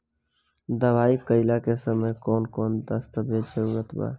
दावा कईला के समय कौन कौन दस्तावेज़ के जरूरत बा?